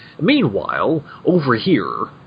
meanwhile-over-here